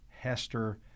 Hester